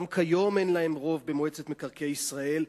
גם כיום אין להם רוב במועצת מקרקעי ישראל,